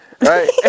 Right